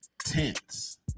tense